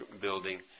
building